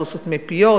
אנחנו סותמי פיות.